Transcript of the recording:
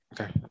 Okay